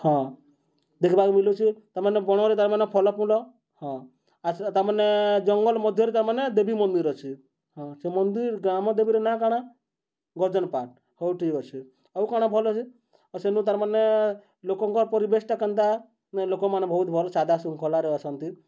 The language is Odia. ହଁ ଦେଖିବାକୁ ମିଲୁଛି ତାମାନେ ବଣରେ ତାର୍ମାନେ ଫଲ ଫୁଲ ହଁ ଆଚ୍ଛା ତାମାନେ ଜଙ୍ଗଲ ମଧ୍ୟରେ ତାମାନେ ଦେବୀ ମନ୍ଦିର୍ ଅଛି ହଁ ସେ ମନ୍ଦିର୍ ଗ୍ରାମ ଦେବୀର ନାଁ କାଣା ଗର୍ଜନ୍ ପାର୍ ହଉ ଠିକ୍ ଅଛି ଆଉ କାଣା ଭଲ୍ ଅଛି ଆଉ ସେନୁ ତାର୍ମାନେ ଲୋକଙ୍କ ପରିବେଶ୍ଟା କେନ୍ତା ଲୋକମାନେ ବହୁତ୍ ଭଲ ସାଧା ଶୃଙ୍ଖଳାରେ ଅଛନ୍ତି